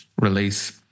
release